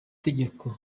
tegeko